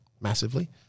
massively